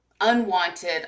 unwanted